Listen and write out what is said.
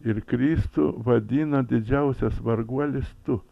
ir kristų vadina didžiausias varguolis tu